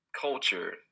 Culture